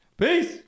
Peace